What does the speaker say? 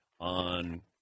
on